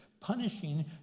Punishing